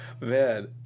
man